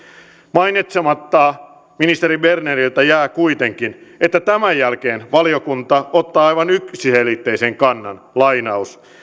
mainitsematta ministeri berneriltä jää kuitenkin että tämän jälkeen valiokunta ottaa aivan yksiselitteisen kannan